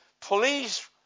please